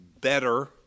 better